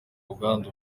ubwandu